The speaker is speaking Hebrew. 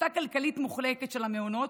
לקריסה כלכלית מוחלטת של המעונות,